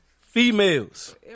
Females